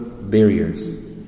barriers